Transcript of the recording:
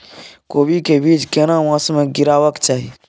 कोबी के बीज केना मास में गीरावक चाही?